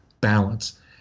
balance